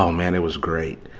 um man, it was great.